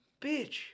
bitch